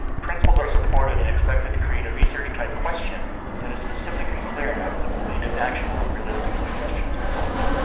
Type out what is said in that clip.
principals are supported and expected to create a research type question that is specific and clear enough that will lead to actionable and realistic suggestions and results.